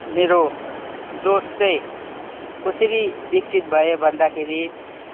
मेरो जोस चाहिँ कसरी बिकसित भयो भन्दाखेरि